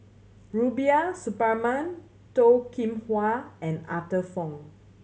Rubiah Suparman Toh Kim Hwa and Arthur Fong